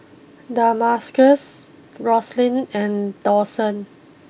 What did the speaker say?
Damarcus Roslyn and Dawson